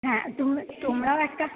হ্যাঁ তুমি তোমরাও একটা